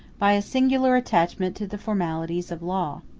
by a singular attachment to the formalities of law.